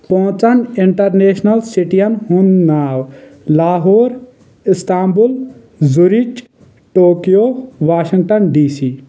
پانٛژن انٹرنیشنل سِٹِیَن ہُنٛد ناو Lahore Istanbul Zurich Tokyo Washington D C